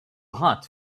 hot